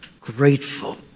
grateful